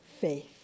faith